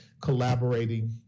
collaborating